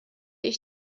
ich